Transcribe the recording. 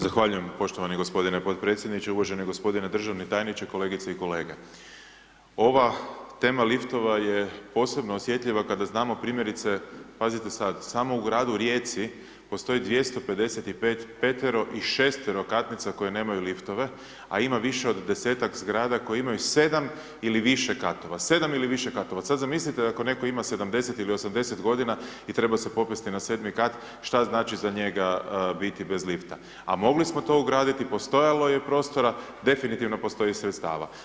Zahvaljujem poštovani g. potpredsjedniče, uvaženi g. državni tajniče, kolegice i kolege, ova tema liftova je posebno osjetljiva kada znamo primjerice, pazite sad, samo u gradu Rijeci postoji 255 petero i šesterokatnica koje nemaju liftova, a ima više od 10-tak zgrada koje imaju 7 ili više katova, 7 ili više katova, sad zamislite ako netko ima 70 ili 80 godina i treba se popesti na 7 kat, šta znači za njega biti bez lifta, a mogli smo to ugraditi, postojalo je prostora, definitivno postoji i sredstava.